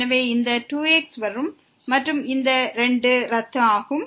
எனவே இந்த 2 x வரும் மற்றும் இந்த 2 ரத்து ஆகும்